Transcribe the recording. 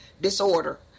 disorder